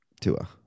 Tua